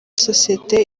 sosiyete